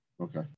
Okay